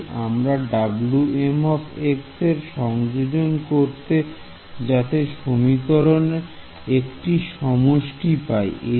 তাই আমরা Wm এর মান সংযোজন করব যাতে সমীকরণের একটি সমষ্টি পাই